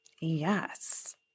Yes